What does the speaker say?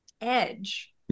edge